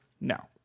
No